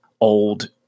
old